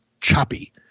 choppy